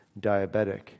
diabetic